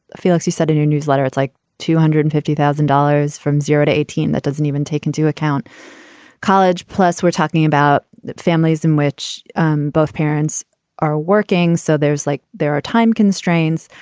felix, you said in your newsletter it's like two hundred and fifty thousand dollars from zero to eighteen. that doesn't even take into account college. plus, we're talking about families in which um both parents are working. so there's like there are time constraints.